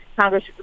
congress